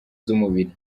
z’umubiri